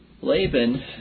Laban